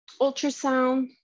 ultrasound